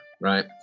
right